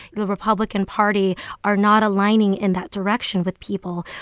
you know republican party are not aligning in that direction with people,